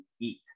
eat